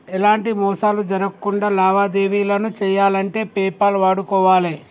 ఎలాంటి మోసాలు జరక్కుండా లావాదేవీలను చెయ్యాలంటే పేపాల్ వాడుకోవాలే